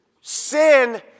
Sin